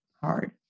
hard